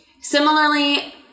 Similarly